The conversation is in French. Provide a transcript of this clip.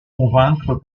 convaincre